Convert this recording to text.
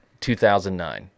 2009